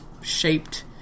shaped